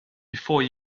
before